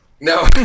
No